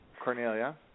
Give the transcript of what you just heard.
Cornelia